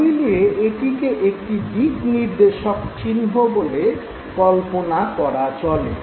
সব মিলিয়ে এটিকে একটি দিক নির্দেশক চিহ্ন বলে কল্পনা করা চলে